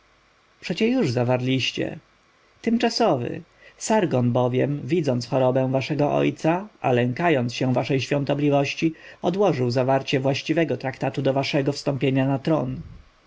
przecie już zawarliście tymczasowy sargon bowiem widząc chorobę waszego ojca a lękając się waszej świątobliwości odłożył zawarcie właściwego traktatu do waszego wstąpienia na tron